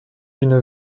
une